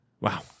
Wow